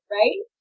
right